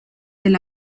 del